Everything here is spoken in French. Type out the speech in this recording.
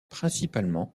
principalement